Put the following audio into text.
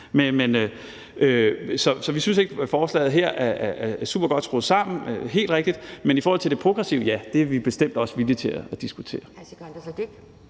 Så vi synes ikke, at forslaget her er supergodt skruet sammen – helt rigtigt – men i forhold til det progressive vil jeg sige, at ja, det er vi bestemt også villige til at diskutere.